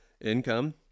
income